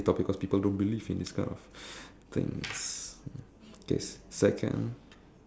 more like what do we not do okay so what say again